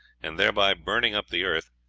and thereby burning up the earth,